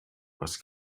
was